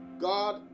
God